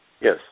Yes